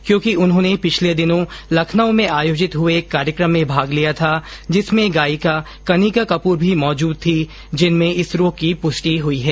क्योंकि उन्होंने पिछले दिनों लखनऊ में आयोजित हुए एक कार्यक्रम में भाग लिया था जिसमें गायिका कनिका कपूर भी मौजूद थीं जिनमें इस रोग की पुष्टि हुई है